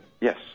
yes